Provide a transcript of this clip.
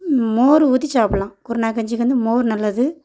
மோர் ஊற்றி சாப்பிட்லாம் குருணை கஞ்சிக்கு வந்து மோர் நல்லது